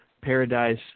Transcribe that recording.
Paradise